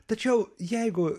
tačiau jeigu